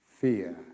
fear